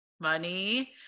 money